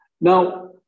Now